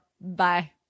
Bye